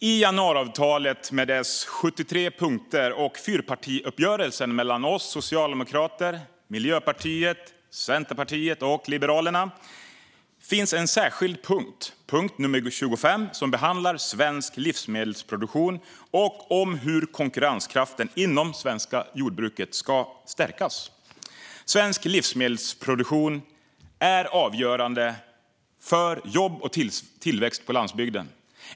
I januariavtalet med dess 73 punkter och fyrpartiuppgörelsen mellan oss socialdemokrater, Miljöpartiet, Centerpartiet och Liberalerna finns en särskild punkt, punkt 25, som behandlar svensk livsmedelsproduktion och hur konkurrenskraften inom det svenska jordbruket ska stärkas. Svensk livsmedelsproduktion är avgörande för jobb och tillväxt på landsbygden.